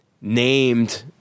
named